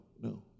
no